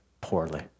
poorly